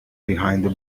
behind